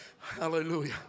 Hallelujah